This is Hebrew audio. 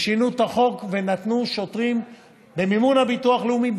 שינו את החוק ונתנו שוטרים במימון הביטוח הלאומי,